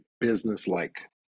business-like